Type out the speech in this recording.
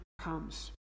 comes